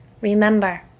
remember